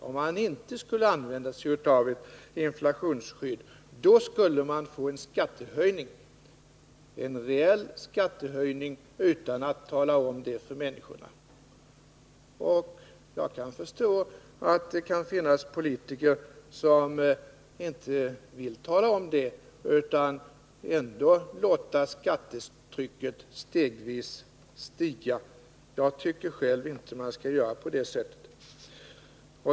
Om man inte skulle använda sig av ett inflationsskydd, skulle man få en reell skattehöjning utan att tala om det för människorna. Jag kan förstå att det kan finnas politiker som vill låta skattetrycket stegvis stiga utan att tala om det. Jag tycker själv att man inte skall göra på det sättet.